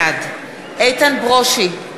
בעד איתן ברושי,